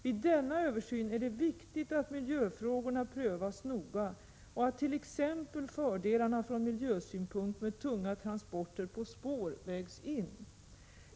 Vid denna översyn är det viktigt att miljöfrågorna prövas noga och att t.ex. fördelarna från miljösynpunkt med tunga transporter på spår vägs in.